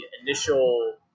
initial